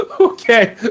Okay